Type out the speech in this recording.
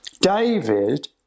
david